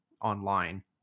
online